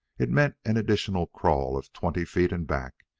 it meant an additional crawl of twenty feet and back,